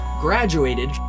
graduated